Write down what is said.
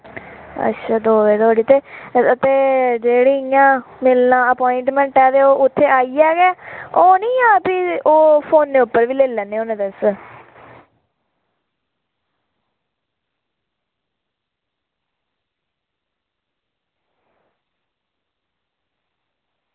अच्छा दौ बजे धोड़ी ते जेह्ड़ा मिलना अप्वाईनमेंट ऐ ओह् उत्थें आह्नियै गै ओह् निं ऐ भी तुस फोनै उप्पर गै लेई ओनै आं तुस